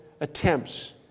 attempts